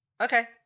Okay